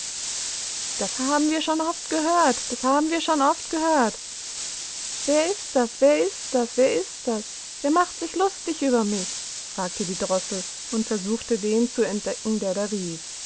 daßdiedrosselkeineanderesingenkonnte hielterdiehändewieeinhornvordenmundundriefhinab dashabenwir schon oft gehört das haben wir schon oft gehört wer ist das wer ist das wer ist das wer macht sich lustig über mich fragte die drossel und versuchte den zu entdecken der da rief